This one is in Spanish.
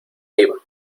iba